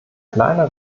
kleiner